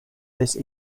this